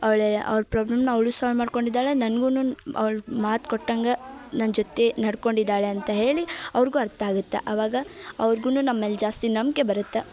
ಅವ್ಳೆ ಅವ್ರ ಪ್ರಾಬ್ಲಮ್ನ ಅವಳು ಸಾಲ್ವ್ ಮಾಡ್ಕೊಂಡಿದ್ದಾಳೆ ನನಗೂ ಅವ್ಳು ಮಾತ್ಕೊಟ್ಟಂಗ ನನ್ನ ಜೊತೆ ನಡ್ಕೊಂಡಿದ್ದಾಳೆ ಅಂತ ಹೇಳಿ ಅವ್ರಿಗೂ ಅರ್ಥ ಆಗುತ್ತೆ ಆವಾಗ ಅವ್ರುಗೂ ನಮ್ಮೇಲೆ ಜಾಸ್ತಿ ನಂಬಿಕೆ ಬರುತ್ತೆ